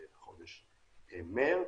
בחודש מרץ,